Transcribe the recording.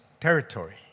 territory